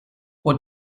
what